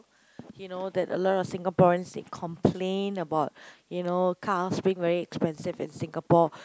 you know that a lot of Singaporeans they complain about you know cars being very expensive in Singapore